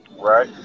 Right